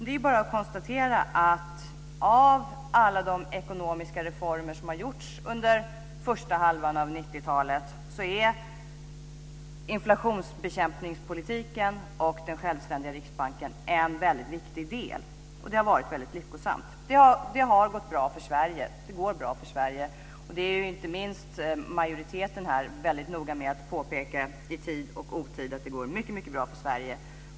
Det är bara att konstatera att i alla de ekonomiska reformer som har genomförts under första halvan av 90-talet är inflationsekämpningspolitiken och den självständiga Riksbanken en väldigt viktig del, och det har varit väldigt lyckosamt. Det har gått bra för Sverige. Det går bra för Sverige. Inte minst majoriteten här är väldigt noga med att i tid och tid påpeka att det går mycket bra för Sverige.